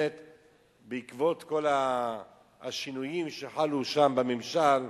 בעקבות כל השינויים שחלו בממשל,